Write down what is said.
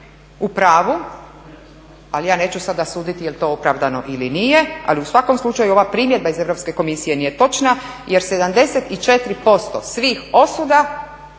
upravu, ali ja neću sada suditi jel to opravdano ili nije, ali u svakom slučaju ova primjedba iz Europske komisije nije točna jer 74% svih osuda